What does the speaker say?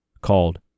called